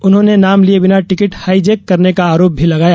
उन्होंने नाम लिये बिना टिकिट हाईजैक करने का आरोप भी लगाया